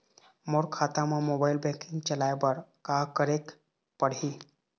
मोर खाता मा mobile banking चलाए बर का करेक पड़ही?